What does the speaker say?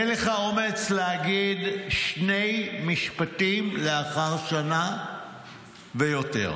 אין לך אומץ להגיד שני משפטים לאחר שנה ויותר,